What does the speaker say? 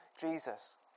Jesus